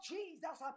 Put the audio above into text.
Jesus